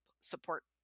support